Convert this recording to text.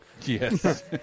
Yes